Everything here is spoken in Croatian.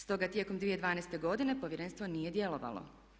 Stoga tijekom 2012. godine Povjerenstvo nije djelovalo.